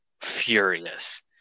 furious